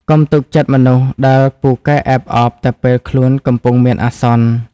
កុំទុកចិត្តមនុស្សដែលពូកែអែបអបតែពេលខ្លួនកំពុងមានអាសន្ន។